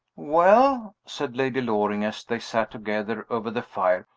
well? said lady loring, as they sat together over the fire.